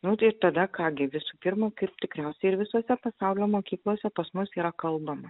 nu tai ir tada ką gi visų pirma kaip tikriausiai ir visose pasaulio mokyklose pas mus yra kalbama